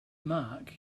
mark